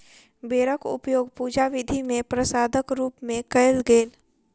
बेरक उपयोग पूजा विधि मे प्रसादक रूप मे कयल गेल